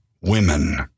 women